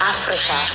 Africa